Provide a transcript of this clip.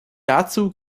dazu